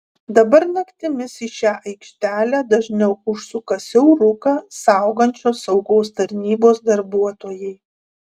dabar naktimis į šią aikštelę dažniau užsuka siauruką saugančios saugos tarnybos darbuotojai